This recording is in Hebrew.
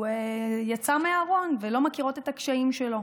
שיצא מהארון ולא מכירות את הקשיים שלו.